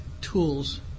tools